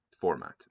format